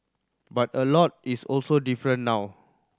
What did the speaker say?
but a lot is also different now